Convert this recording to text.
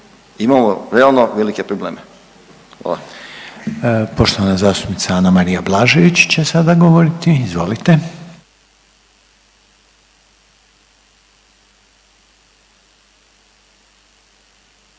**Reiner, Željko (HDZ)** Poštovana zastupnica Anamarija Blažević će sada govoriti. Izvolite.